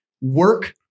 Work